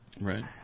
Right